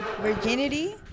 virginity